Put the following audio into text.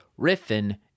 Riffin